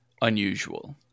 unusual